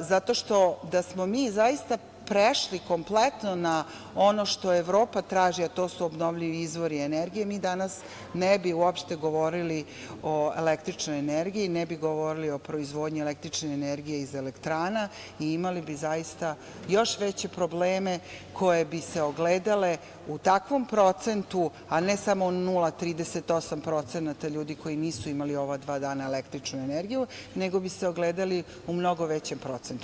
zato što da smo mi zaista prešli kompletno na ono što Evropa traži, a to su obnovljivi izvori energije, mi danas ne bi uopšte govorili o električnoj energiji, ne bi govorili o proizvodnji električne energije iz elektrana i imali bi zaista još veće probleme koji bi se ogledali u takvom procentu, a ne samo u 0,38% ljudi koji nisu imali ova dva dana električnu energiju, nego bi se ogledali u mnogo većem procentu.